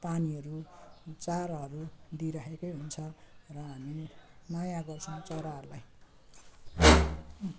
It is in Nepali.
पानीहरू चारोहरू दिइरहेको हुन्छ र हामी माया गर्छौँ चराहरूलाई